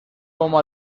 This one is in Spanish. como